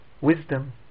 Wisdom